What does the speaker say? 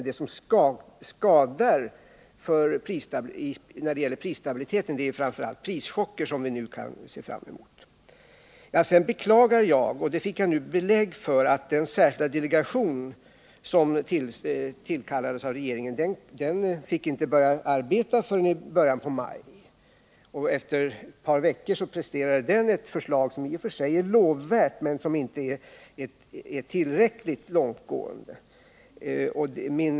Det som skadar prisstabiliteten är framför allt de prischocker som vi nu får se fram emot. Jag har här fått belägg för att den särskilda delegation som tillsattes av regeringen inte fick starta sitt arbete förrän i början av maj, vilket jag beklagar. Efter ett par veckor presterade denna delegation ett förslag, som i och för sig är lovvärt men som inte är tillräckligt långtgående.